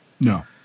No